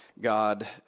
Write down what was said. God